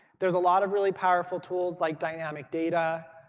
there's a lot of really powerful tools like dynamic data.